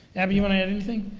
abby, you want to add anything?